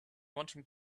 wanting